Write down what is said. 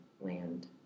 land